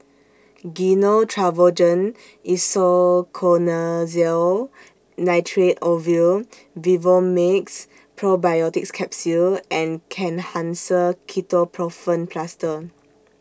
Gyno Travogen Isoconazole Nitrate Ovule Vivomixx Probiotics Capsule and Kenhancer Ketoprofen Plaster